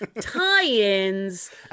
tie-ins